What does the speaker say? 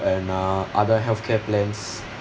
and uh other healthcare plans